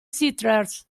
settlers